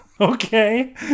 okay